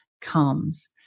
comes